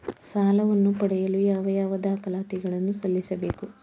ಸಾಲವನ್ನು ಪಡೆಯಲು ಯಾವ ಯಾವ ದಾಖಲಾತಿ ಗಳನ್ನು ಸಲ್ಲಿಸಬೇಕು?